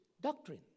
doctrine